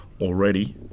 Already